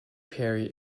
perry